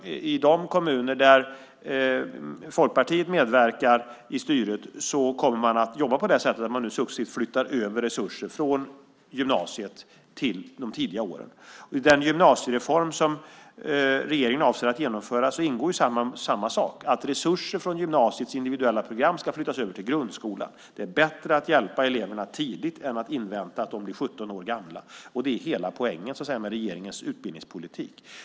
I de kommuner där Folkpartiet medverkar i styret kommer man att jobba på det sättet att man successivt flyttar över resurser från gymnasiet till de tidiga åren. I den gymnasiereform som regeringen avser att genomföra ingår samma sak, att resurser från gymnasiets individuella program ska flyttas över till grundskolan. Det är bättre att hjälpa eleverna tidigt än att invänta att de blir 17 år gamla. Det är hela poängen med regeringens utbildningspolitik.